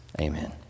Amen